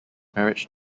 marriage